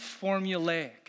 formulaic